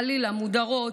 חלילה, מודרות,